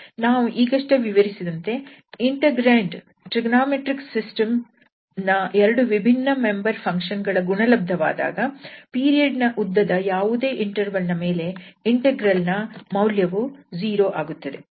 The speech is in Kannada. ನಾವು ಈಗಷ್ಟೇ ವಿವರಿಸಿದಂತೆ ಇಂಟೆಗ್ರಂಡ್ ಟ್ರಿಗೊನೋಮೆಟ್ರಿಕ್ ಸಿಸ್ಟಮ್ ನ ಎರಡು ವಿಭಿನ್ನ ಮೆಂಬರ್ ಫಂಕ್ಷನ್ ಗಳ ಗುಣಲಬ್ಧವಾದಾಗ ಪೀರಿಯಡ್ ನ ಉದ್ದದ ಯಾವುದೇ ಇಂಟರ್ವಲ್ ನ ಮೇಲೆ ಇಂಟಿಗ್ರಲ್ ನ ಮೌಲ್ಯವು 0 ಆಗುತ್ತದೆ